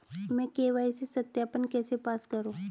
मैं के.वाई.सी सत्यापन कैसे पास करूँ?